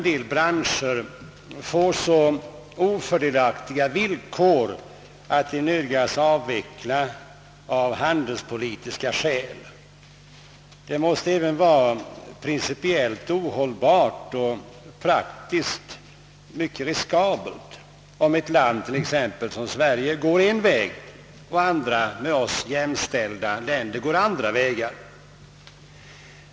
Det måste även vara principiellt ohållbart och praktiskt mycket riskabelt om t.ex. Sverige går en väg och andra med oss jämställda länder andra vägar.